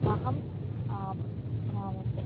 अहं आ